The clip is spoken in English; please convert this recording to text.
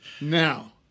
now